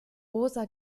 rosa